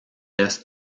est